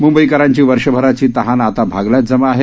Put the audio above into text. म्ंबईकरांची वर्षभराची तहान आता भागल्यात जमा आहे